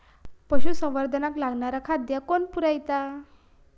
पशुसंवर्धनाक लागणारा खादय कोण पुरयता?